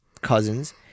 Cousins